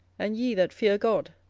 and ye that fear god,